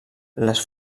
les